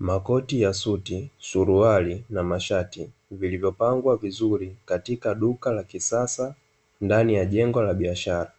Makoti ya suti, suruali na mashati, vilivyo pangwa vizuri katika duka la kisasa ndani ya jengo la biashara,